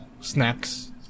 snacks